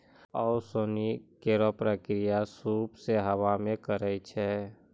ओसौनी केरो प्रक्रिया सूप सें हवा मे करै छै